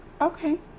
Okay